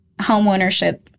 homeownership